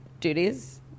duties